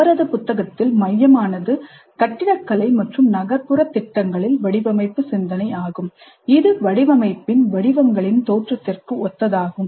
அவரது புத்தகத்தின் மையமானது கட்டிடக்கலை மற்றும் நகர்ப்புறத் திட்டங்களில் வடிவமைப்பு சிந்தனை ஆகும் இது வடிவமைப்பின் வடிவங்களின் தோற்றத்திற்கு ஒத்ததாகும்